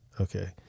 okay